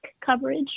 coverage